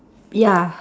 ya